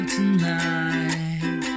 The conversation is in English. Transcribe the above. tonight